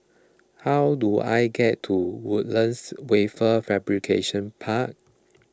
how do I get to Woodlands Wafer Fabrication Park